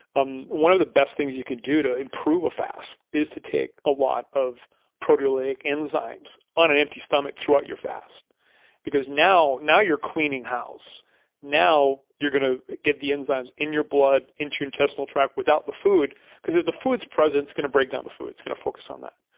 um one of the best things you can do to improve a fast is to take a lot of proteolytic enzymes on an empty stomach throughout your fast because now now you're cleaning house now you're gonna get the enzymes in your blood into your intestinal track without the food cause if the food's it's gonna break down the food, it's gonna focus on that.